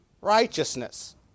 righteousness